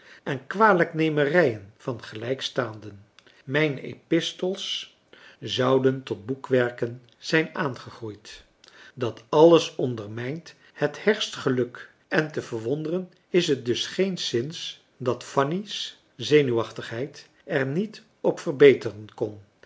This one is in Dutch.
en kwalijknemerijen van gelijkstaanden mijn epistels zouden tot boekwerken zijn aangegroeid dat alles ondermijnt het hechtst geluk en te verwonderen is het dus geenszins dat fanny's zenuwachtigheid er niet op verbeteren kon